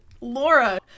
Laura